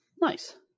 Nice